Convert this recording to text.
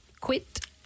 quit